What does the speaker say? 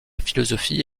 philosophie